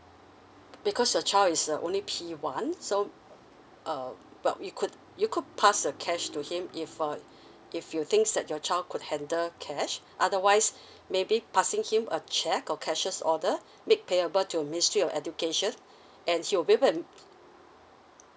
because your child is a only p one so uh but you could you could pass a cash to him if uh if you thinks that your child could handle cash otherwise maybe passing him a check or cashier's order made payable to ministry of education and he will be able and